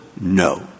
no